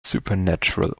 supernatural